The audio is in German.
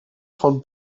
von